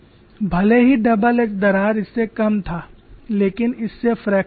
भले ही double edge दरार इससे कम था लेकिन इससे फ्रैक्चर हो गया